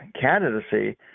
candidacy